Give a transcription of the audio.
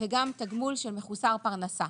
וגם תגמול של מחוסר פרנסה.